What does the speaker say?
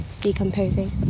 decomposing